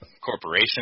corporation